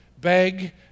Beg